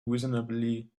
reasonably